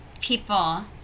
people